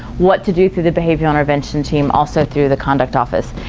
what to do through the behavior intervention team also through the conduct office.